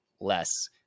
less